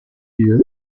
lieu